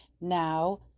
now